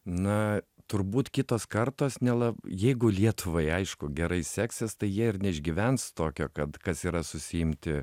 na turbūt kitos kartos nela jeigu lietuvai aišku gerai seksis tai jie ir neišgyvens tokio kad kas yra susiimti